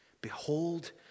Behold